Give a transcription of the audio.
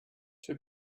two